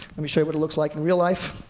let me show you what it looks like in real life.